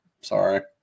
Sorry